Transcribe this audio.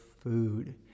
food